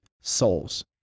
souls